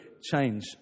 change